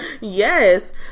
yes